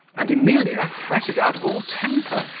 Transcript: and emilia fretted out of all temper,